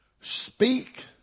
speak